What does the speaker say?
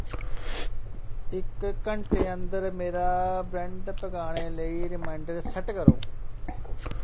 इक घैंटे अंदर मेरा ब्रैड पकाने लेई रिमाइंडर सैट करो